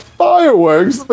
fireworks